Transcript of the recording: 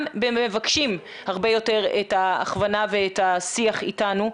מבקשים הרבה יותר את ההכוונה ואת השיח איתנו,